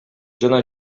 жана